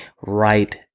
right